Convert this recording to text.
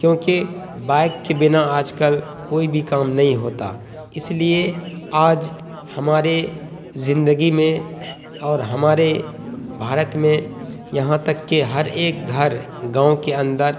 کیونکہ بائک کے بنا آج کل کوئی بھی کام نہیں ہوتا اس لیے آج ہمارے زندگی میں اور ہمارے بھارت میں یہاں تک کہ ہر ایک گھر گاؤں کے اندر